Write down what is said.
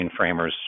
mainframers